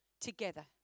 together